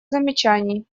замечаний